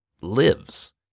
lives